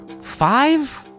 five